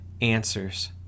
answers